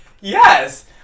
Yes